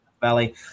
Valley